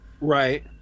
Right